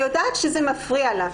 אני יודעת שזה מפריע לה.